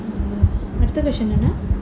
அடுத்த:adutha question என்ன:enna